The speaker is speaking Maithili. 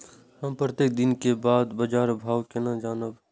हम प्रत्येक दिन के बाद बाजार भाव केना जानब?